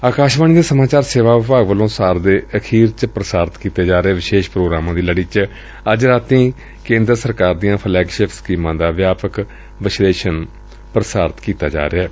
ਅਕਾਸ਼ਵਾਣੀ ਦੇ ਸਮਾਚਾਰ ਸੇਵਾ ਵਿਭਾਗ ਵੱਲੋਂ ਸਾਲ ਦੇ ਅਖੀਰ ਚ ਪ੍ਰਸਾਰਿਤ ਕੀਤੇ ਜਾ ਰਹੇ ਵਿਸ਼ੇਸ਼ ਪ੍ਰੋਗਰਾਮਾਂ ਦੀ ਲੜੀ ਵਿਚ ਅੱਜ ਰਾਤੀਂ ਕੇਂਦਰ ਸਰਕਾਰ ਦੀਆਂ ਫਲੈਗਸ਼ਿਪ ਸਕੀਮਾਂ ਦਾ ਵਿਆਪਕ ਵਿਸ਼ਲੇਸ਼ਣ ਕੀਤਾ ਜਾ ਰਿਹੈ